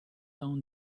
down